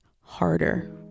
harder